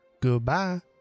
goodbye